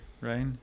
right